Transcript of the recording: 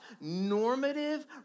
normative